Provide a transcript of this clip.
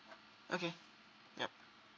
okay yup